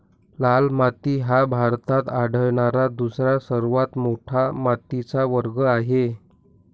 लाल माती हा भारतात आढळणारा दुसरा सर्वात मोठा मातीचा वर्ग आहे